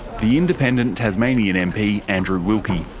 the independent tasmanian mp andrew wilkie.